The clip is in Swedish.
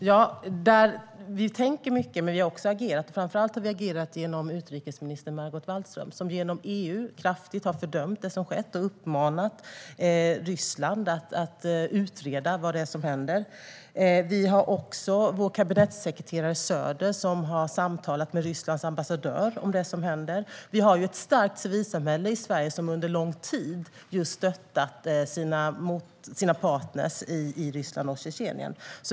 Herr talman! Vi tänker mycket, men vi har också agerat. Framför allt har vi agerat genom utrikesminister Margot Wallström, som genom EU kraftigt har fördömt det som skett och uppmanat Ryssland att utreda vad det är som händer. Vi har också vår kabinettssekreterare Söder, som har samtalat med Rysslands ambassadör om det som händer. Vi har i Sverige ett starkt civilsamhälle som under lång tid stöttat sina partner i Ryssland och Tjetjenien.